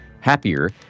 happier